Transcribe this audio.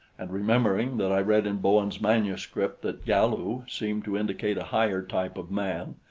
and remembering that i read in bowen's manuscript that galu seemed to indicate a higher type of man,